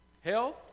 health